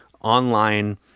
online